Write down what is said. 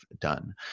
done